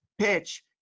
PITCH